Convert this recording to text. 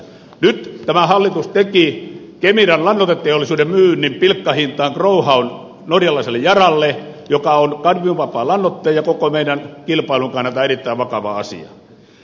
nyt tämä hallitus teki kemiran lannoiteteollisuuden growhown myynnin pilkkahintaan norjalaiselle yaralle joka on kadmiumvapaa lannoittaja ja koko meidän kilpailun kannalta erittäin vakava asia